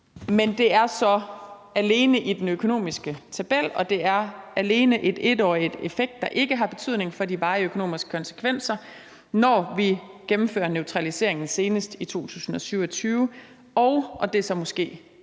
Men det er så alene i den økonomiske tabel, og det er alene en 1-årig effekt, der ikke har betydning for de varige økonomiske konsekvenser, når vi gennemfører neutraliseringen senest i 2027, og – det er måske det